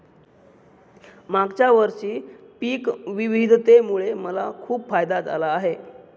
मागच्या वर्षी पिक विविधतेमुळे मला खूप फायदा झाला आहे